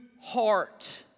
heart